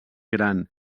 gran